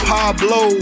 Pablo